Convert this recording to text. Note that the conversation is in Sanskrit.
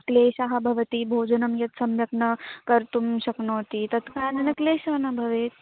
क्लेशः भवति भोजनं यत् सम्यक् न कर्तुं शक्नोति तत्करणेन क्लेशः न भवेत्